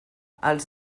els